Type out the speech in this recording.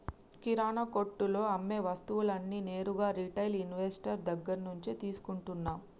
కిరణా కొట్టులో అమ్మే వస్తువులన్నీ నేరుగా రిటైల్ ఇన్వెస్టర్ దగ్గర్నుంచే తీసుకుంటన్నం